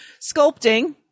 sculpting